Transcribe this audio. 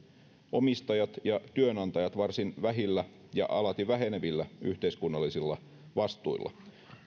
omistajat ja työnantajat varsin vähillä ja alati vähenevillä yhteiskunnallisilla vastuilla